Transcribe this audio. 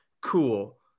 cool